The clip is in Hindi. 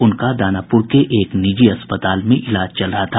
उनका दानापुर के एक निजी अस्पताल में इलाज चल रहा था